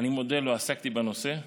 אני מודה, לא עסקתי בנושא,